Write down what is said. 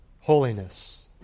Holiness